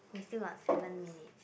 we still got seven minutes